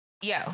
yo